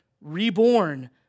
reborn